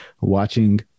watching